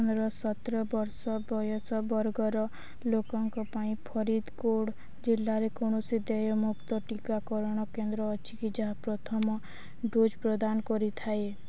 ପନ୍ଦର ସତର ବର୍ଷ ବୟସ ବର୍ଗର ଲୋକଙ୍କ ପାଇଁ ଫରିଦ୍କୋଡ଼୍ ଜିଲ୍ଲାରେ କୌଣସି ଦେୟମୁକ୍ତ ଟିକାକରଣ କେନ୍ଦ୍ର ଅଛି କି ଯାହା ପ୍ରଥମ ଡୋଜ୍ ପ୍ରଦାନ କରିଥାଏ